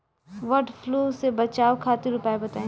वड फ्लू से बचाव खातिर उपाय बताई?